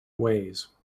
ways